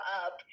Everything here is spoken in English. up